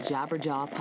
Jabberjaw